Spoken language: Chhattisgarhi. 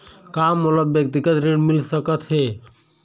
का मोला व्यक्तिगत ऋण मिल सकत हे?